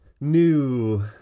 new